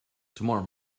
tomorrow